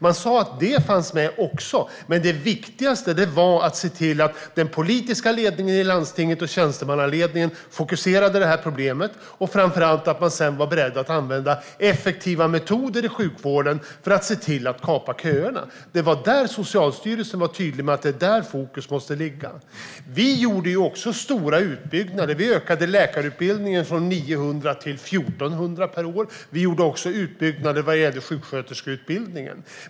Man sa att det också fanns med men att det viktigaste var att se till att den politiska ledningen i landstinget och tjänstemannaledningen fokuserade på problemet och att man var beredd att använda effektiva metoder i sjukvården för att se till att kapa köerna. Socialstyrelsen var tydlig med att det är där fokus måste ligga. Vi gjorde också stora utbyggnader. Vi ökade läkarutbildningen från 900 till 1 400 per år. Vi gjorde också utbyggnader av sjuksköterskeutbildningen.